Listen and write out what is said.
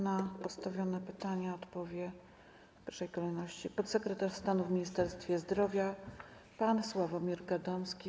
Na postawione pytania odpowie w pierwszej kolejności podsekretarz stanu w Ministerstwie Zdrowia pan Sławomir Gadomski.